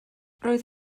roedd